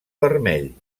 vermell